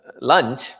lunch